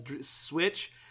Switch